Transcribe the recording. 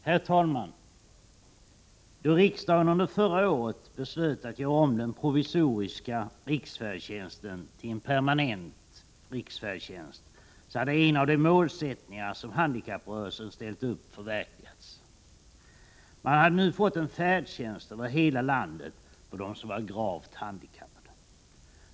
Herr talman! Då riksdagen under förra året beslöt att göra om den provisoriska riksfärdtjänsten till en permanent riksfärdtjänst hade en av de målsättningar som handikapprörelsen ställt upp förverkligats. Man hade nu fått en färdtjänst över hela landet för dem som var gravt handikappade.